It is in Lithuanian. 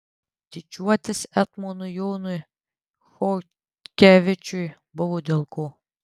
didžiuotis etmonui jonui chodkevičiui buvo dėl ko